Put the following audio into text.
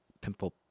pimple